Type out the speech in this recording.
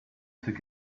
took